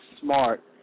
smart